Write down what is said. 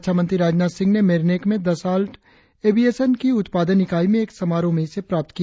रक्षामंत्री राजनाथ सिंह ने मेरिनेक में दसॉल्ट एविएशन की उत्पादन इकाई में एक समारोह में इसे प्राप्त किया